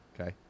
okay